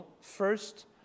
First